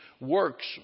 works